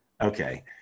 okay